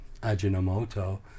Ajinomoto